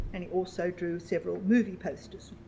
and he also drew several movie posters.